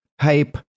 hype